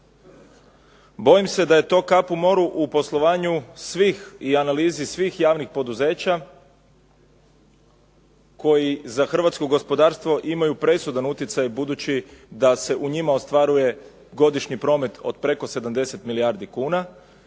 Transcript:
Bojim se da je to kap u moru u poslovanju svih i analizi svih javnih poduzeća koji za hrvatsko gospodarstvo imaju presudan utjecaj budući da se u njima ostvaruje godišnji promet od preko 70 milijardi kuna